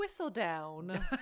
Whistledown